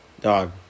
Dog